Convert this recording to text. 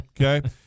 Okay